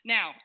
Now